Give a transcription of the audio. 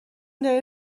داری